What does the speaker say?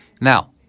Now